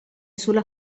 sulla